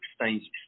stages